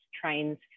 trains